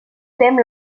thème